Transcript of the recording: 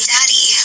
Daddy